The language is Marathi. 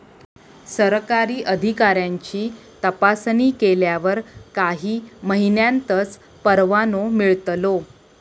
सरकारी अधिकाऱ्यांची तपासणी केल्यावर काही महिन्यांतच परवानो मिळतलो